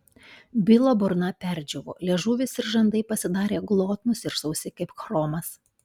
bilo burna perdžiūvo liežuvis ir žandai pasidarė glotnūs ir sausi kaip chromas